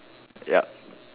yup